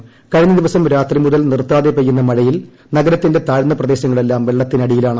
ക്ട്രിഞ്ഞ് ദിവസം രാത്രി മുതൽ നിർത്താതെ പെയ്യുന്ന മഴയിൽ നഗരത്തിന്റെ താഴ്ച്ന്ന് പ്രെദേശങ്ങളെല്ലാം വെള്ളത്തിനടിയിലാണ്